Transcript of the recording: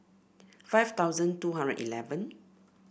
five thousand two hundred eleven